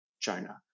China